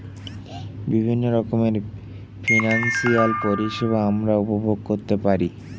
বিভিন্ন রকমের ফিনান্সিয়াল পরিষেবা আমরা উপভোগ করতে পারি